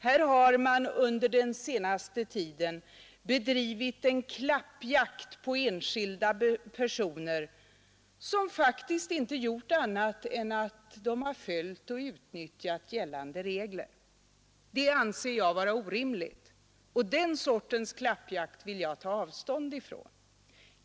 Här har man under den senaste tiden bedrivit klappjakt på enskilda personer som faktiskt bara följt och utnyttjat gällande regler. Det anser jag vara orimligt, och den sortens klappjakt vill jag ta avstånd från.